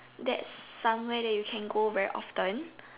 that's some where you can go very often